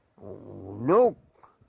Look